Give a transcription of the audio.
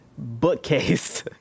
Bookcase